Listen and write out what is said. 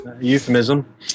euphemism